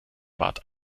bat